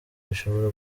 bishobora